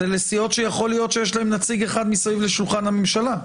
אולי יש להן נציג אחד סביב שולחן הממשלה.